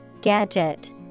Gadget